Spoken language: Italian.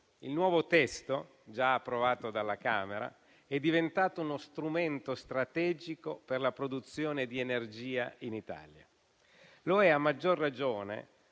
il nuovo testo, già approvato dalla Camera, è diventato uno strumento strategico per la produzione di energia in Italia. Lo è, a maggior ragione,